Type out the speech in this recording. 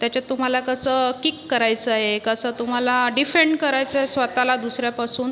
त्याच्यात तुम्हाला कसं किक करायचं आहे कसं तुम्हाला डिफेंड करायचं आहे स्वत ला दुसऱ्यापासून